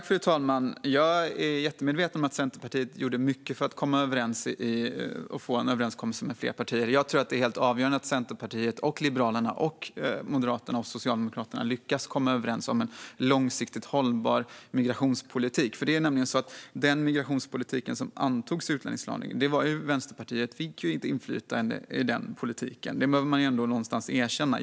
Fru talman! Jag är jättemedveten om att Centerpartiet gjorde mycket för att få till en överenskommelse med fler partier. Jag tror att det är helt avgörande att Centerpartiet, Liberalerna, Moderaterna och Socialdemokraterna lyckas komma överens om en långsiktigt hållbar migrationspolitik. Den migrationspolitik som antogs i utlänningslagen fick nämligen Vänsterpartiet inflytande över. Det behöver man erkänna.